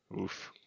Oof